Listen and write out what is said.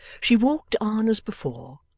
she walked on as before,